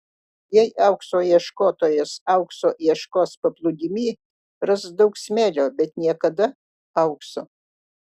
jei aukso ieškotojas aukso ieškos paplūdimy ras daug smėlio bet niekada aukso